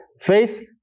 faith